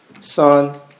Son